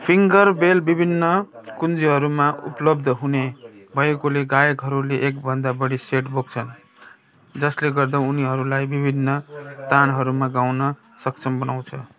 finger bell विभिन्न कुञ्जीहरूमा उपलब्ध हुने भएकोले गायकहरूले एकभन्दा बढी सेट बोक्छन् जसले गर्दा उनीहरूलाई विभिन्न तानहरूमा गाउन सक्षम बनाउँछ